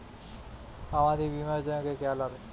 आम आदमी बीमा योजना के क्या लाभ हैं?